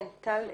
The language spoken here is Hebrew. כן, טל אשכול.